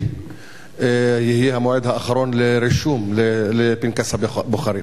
יהיה המועד האחרון לרישום לפנקס הבוחרים.